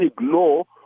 ignore